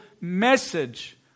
message